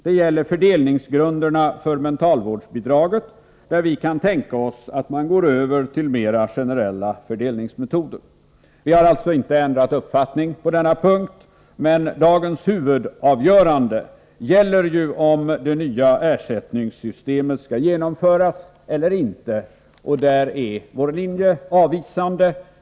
Det gäller fördelningsgrunderna för mentalvårdsbidraget, där vi kan tänka oss att man går över till mera generella fördelningsmetoder. Vi har alltså inte ändrat uppfattning på denna punkt, men dagens huvudavgörande gäller ju om det nya ersättningssystemet skall genomföras eller inte. Där är vår linje avvisande.